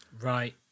right